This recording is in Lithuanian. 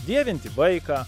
dievinti vaiką